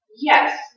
Yes